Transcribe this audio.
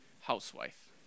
housewife